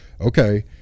Okay